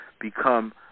become